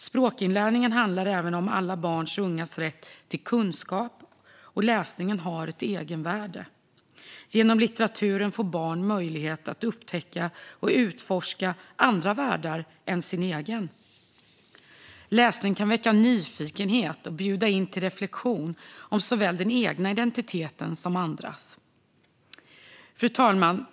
Språkinlärning handlar även om alla barns och ungas rätt till kunskap, och läsningen har ett egenvärde. Genom litteraturen får barn möjlighet att upptäcka och utforska andra världar än sin egen. Läsning kan väcka nyfikenhet och bjuda in till reflektion över identitet, såväl den egna som andras. Fru talman!